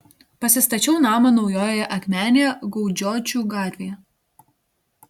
pasistačiau namą naujojoje akmenėje gaudžiočių gatvėje